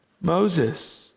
Moses